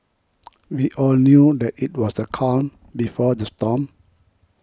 we all knew that it was the calm before the storm